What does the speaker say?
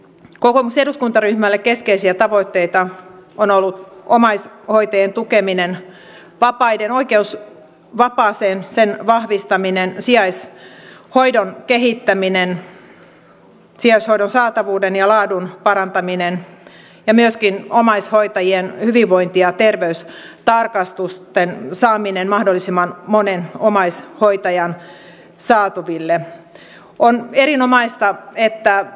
kokoomuksen eduskuntaryhmälle keskeisiä tavoitteita ovat olleet omaishoitajien tukeminen oikeus vapaaseen sen vahvistaminen sijaishoidon kehittäminen sijaishoidon saatavuuden ja laadun parantaminen ja myöskin omaishoitajien hyvinvointi ja terveystarkastusten saaminen mahdollisimman monen omaishoitajan saataville